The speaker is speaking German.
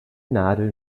nadel